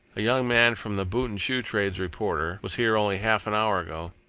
a young man from the boot and shoe trades reporter was here only half an hour ago,